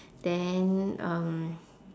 then um